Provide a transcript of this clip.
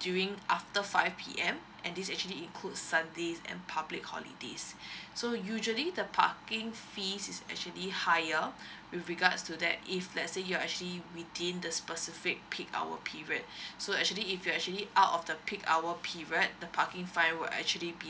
during after five P_M and this actually includes sundays and public holidays so usually the parking fees is actually higher with regards to that if let's say you're actually within the specific peak hour period so actually if you actually out of the peak hour period the parking fine will actually be